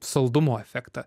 saldumo efektą